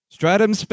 Stratum